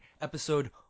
episode